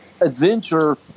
adventure